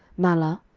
mahlah,